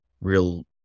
real